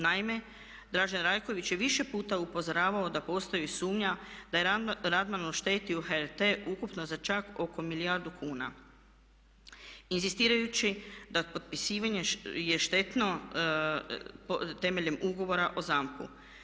Naime, Dražen Rajković je više puta upozoravao da postoji sumnja da je Radman oštetio HRT ukupno za čak oko milijardu kuna inzistirajući da potpisivanje je štetno temeljem ugovora o ZAMP-u.